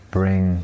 bring